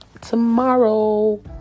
tomorrow